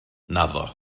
naddo